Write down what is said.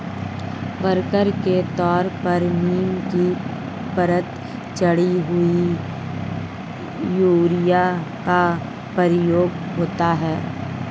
उर्वरक के तौर पर नीम की परत चढ़ी हुई यूरिया का प्रयोग होता है